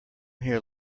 here